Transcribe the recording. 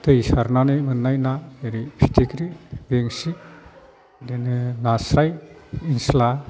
दै सारनानै मोन्नाय ना जेरै फिथिख्रि बेंसि बिदिनो नास्राय निसिला